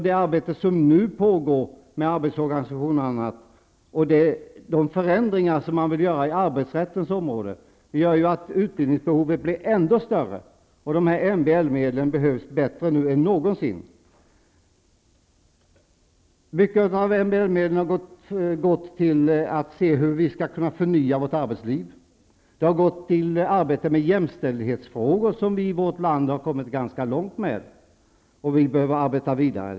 Det arbete som nu pågår med arbetsorganisation och annat och de förändringar som nu genomförs inom arbetsrättsområdet gör att utbildningsbehovet kommer att bli ännu större. MBL-medlen behövs bättre nu än någonsin. Mycket av MBL-medlen har gått till att se hur vi skall kunna förnya arbetslivet. De har gått till arbetet med jämställdhet som vi i vårt land har kommit ganska långt med. Vi behöver arbeta vidare på det området.